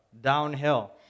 downhill